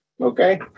okay